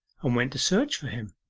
and went to search for him.